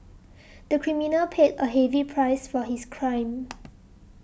the criminal paid a heavy price for his crime